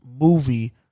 movie